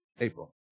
April